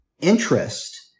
interest